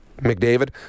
McDavid